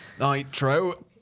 nitro